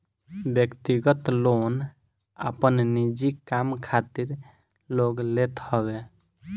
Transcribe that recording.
व्यक्तिगत लोन आपन निजी काम खातिर लोग लेत हवे